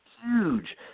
huge